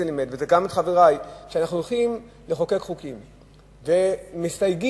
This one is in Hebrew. שאנחנו הולכים לחוקק חוקים ומסתייגים,